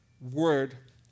word